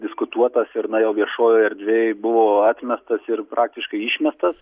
diskutuotas ir na jau viešojoj erdvėj buvo atmestas ir praktiškai išmestas